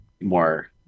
more